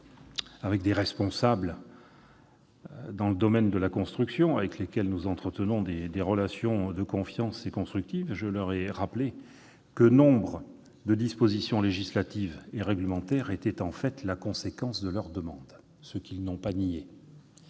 à des responsables du secteur de la construction, avec lesquels nous entretenons des relations de confiance constructives, que beaucoup de dispositions législatives et réglementaires étaient en fait la conséquence de leurs demandes. Ils ne l'ont pas nié.